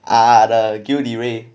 ah the gilles de rais